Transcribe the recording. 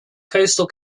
coastal